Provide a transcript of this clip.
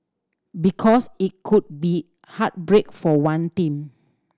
because it could be heartbreak for one team